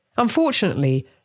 Unfortunately